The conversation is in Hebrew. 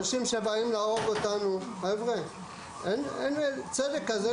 אנשים שבאים להרוג אותנו אין צדק כזה,